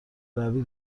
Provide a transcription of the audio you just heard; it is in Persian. روی